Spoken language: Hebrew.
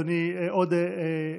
עודה,